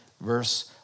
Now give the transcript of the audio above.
verse